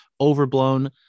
overblown